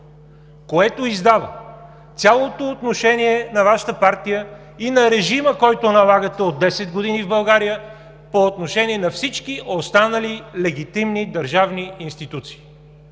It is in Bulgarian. което издава цялото отношение на Вашата партия, и на режима, който налагате от 10 години в България по отношение на всички останали легитимни държавни институции